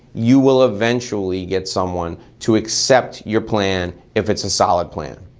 you will eventually get someone to accept your plan, if it's a solid plan.